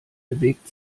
bewegt